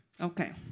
Okay